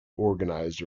organised